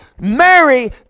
Mary